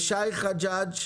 שי חג'ג',